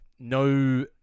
No